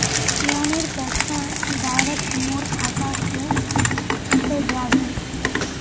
लोनेर पैसा डायरक मोर खाता से कते जाबे?